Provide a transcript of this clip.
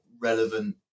relevant